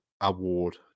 Award